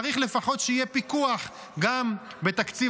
צריך לפחות שיהיה פיקוח גם בתקציב